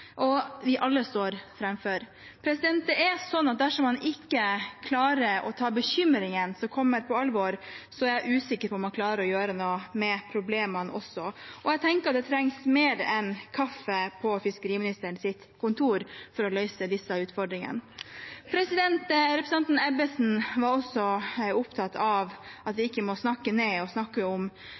som vi alle står framfor. Dersom man ikke klarer å ta på alvor bekymringene som kommer, er jeg usikker på om man klarer å gjøre noe med problemene. Jeg tenker at det trengs mer enn kaffe på fiskeriministerens kontor for å løse disse utfordringene. Representanten Ebbesen var opptatt av at vi ikke må snakke ned næringen og utviklingen i landsdelen som vi har til felles, Nord-Norge. Jeg vil minne representanten om